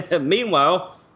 Meanwhile